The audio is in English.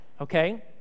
okay